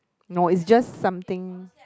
no it's just something